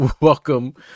Welcome